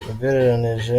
ugereranije